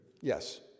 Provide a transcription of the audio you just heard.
Yes